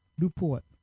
Newport